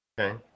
Okay